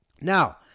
Now